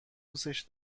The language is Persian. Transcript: دوستش